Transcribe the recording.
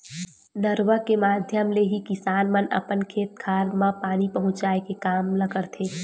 नरूवा के माधियम ले ही किसान मन अपन खेत खार म पानी पहुँचाय के काम ल करथे